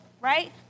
right